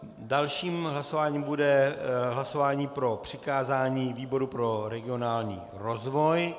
Dalším hlasováním bude hlasování o přikázání výboru pro regionální rozvoj.